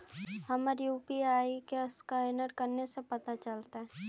हमर यु.पी.आई के असकैनर कने से पता चलतै?